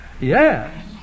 Yes